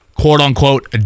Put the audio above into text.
quote-unquote